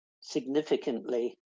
significantly